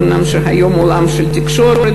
אומנם היום זה עולם של תקשורת,